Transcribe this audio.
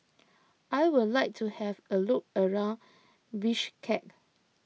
I would like to have a look around Bishkek